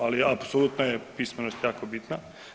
Ali apsolutno je pismenost jako bitna.